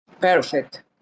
Perfect